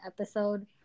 episode